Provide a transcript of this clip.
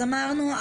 אמרנו,